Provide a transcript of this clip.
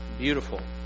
beautiful